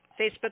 Facebook